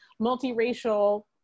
Multiracial